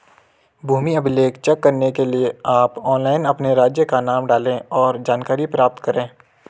भूमि अभिलेख चेक करने के लिए आप ऑनलाइन अपने राज्य का नाम डालें, और जानकारी प्राप्त करे